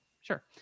sure